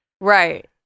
Right